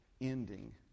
ending